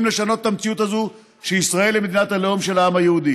לשנות את המציאות הזאת שישראל היא מדינת הלאום של העם היהודי.